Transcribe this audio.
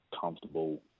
comfortable